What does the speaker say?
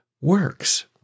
works